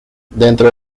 dentro